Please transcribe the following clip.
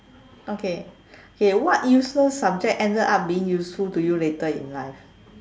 okay okay what useless subject ended up being useful to you later in life